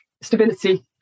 stability